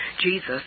Jesus